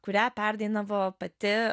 kurią perdainavo pati